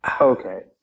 Okay